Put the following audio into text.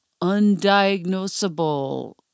undiagnosable